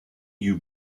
you